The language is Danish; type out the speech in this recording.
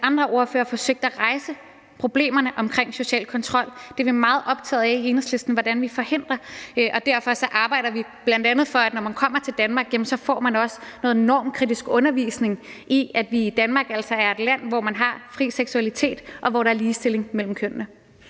til andre ordførere forsøgt at rejse problemerne med social kontrol. Vi er i Enhedslisten meget optaget af, hvordan vi forhindrer det, og derfor arbejder vi bl.a. for, at man, når man kommer til Danmark, også får noget normkritisk undervisning i, at Danmark altså er et land, hvor man har fri seksualitet, og hvor der er ligestilling mellem kønnene.